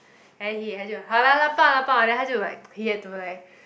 then he 好啦抱抱啦他就 he had to like